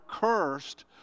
cursed